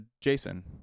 Jason